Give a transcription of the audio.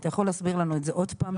אתה יכול להסביר לנו את זה עוד פעם,